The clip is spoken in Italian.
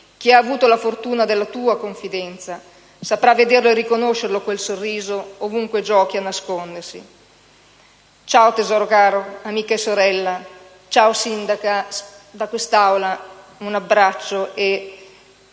chi ha avuto la fortuna della tua confidenza saprà vederlo e riconoscerlo quel sorriso, ovunque giochi a nascondersi. Ciao, tesoro caro, amica e sorella. Ciao, sindaca. Da quest'Aula un abbraccio e